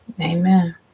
Amen